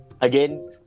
again